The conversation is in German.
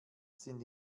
sind